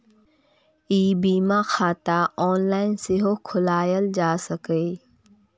ई बीमा खाता ऑनलाइन सेहो खोलाएल जा सकैए